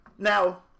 Now